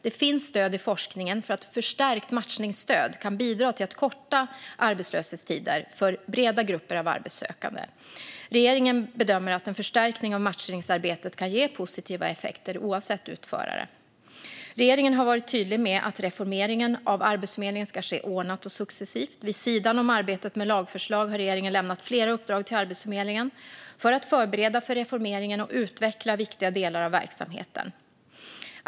Det finns stöd i forskningen för att förstärkt matchningsstöd kan bidra till att korta arbetslöshetstider för breda grupper av arbetssökande. Regeringen bedömer att en förstärkning av matchningsarbetet kan ge positiva effekter, oavsett utförare. Regeringen har varit tydlig med att reformeringen av Arbetsförmedlingen ska ske ordnat och successivt. Vid sidan om arbetet med lagförslag har regeringen lämnat flera uppdrag till Arbetsförmedlingen för att förbereda för reformeringen och utveckla viktiga delar av verksamheten.